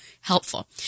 helpful